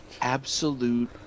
absolute